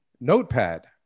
notepad